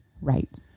Right